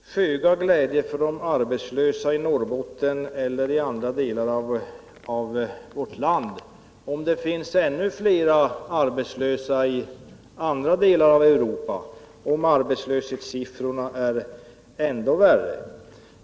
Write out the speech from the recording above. Herr talman! Det är till föga glädje för de arbetslösa i Norrbotten eller i andra delar av vårt land, om arbetslöshetssiffrorna är ännu värre i andra delar av Europa.